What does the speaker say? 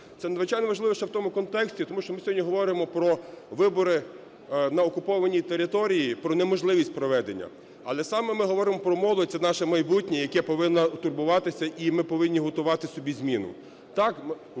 Це надзвичайно важливо ще в тому контексті, тому що ми сьогодні говоримо про вибори на окупованій території, про неможливість проведення, але саме ми говоримо про молодь – це наше майбутнє, яке повинно турбуватися і ми повинні готувати собі зміну.